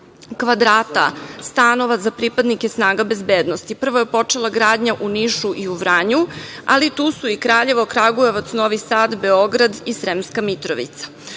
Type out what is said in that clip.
kvadrata, stanova za pripadnike snaga bezbednosti. Prvo je počela gradnja u Nišu i u Vranju, ali tu su i Kraljevo, Kragujevac, Novi Sad, Beograd i Sremska Mitrovica. Osim